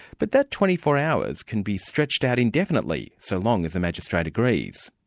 but that twenty four hours can be stretched out indefinitely so long as a magistrate agrees.